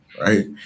right